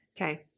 Okay